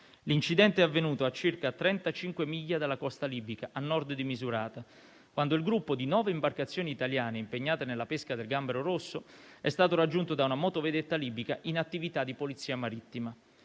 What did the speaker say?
L'incidente è avvenuto a circa 35 miglia dalla costa libica, a nord di Misurata, quando il gruppo di nove imbarcazioni italiane, impegnate nella pesca del gambero rosso, è stato raggiunto da una motovedetta libica in attività di polizia marittima.